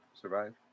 survive